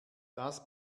das